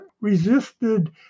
resisted